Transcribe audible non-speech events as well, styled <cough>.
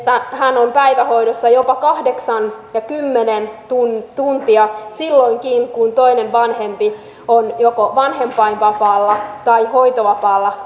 hän on päivähoidossa jopa kahdeksan ja kymmenen tuntia tuntia silloinkin kun toinen vanhempi on joko vanhempainvapaalla tai hoitovapaalla <unintelligible>